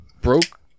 Broke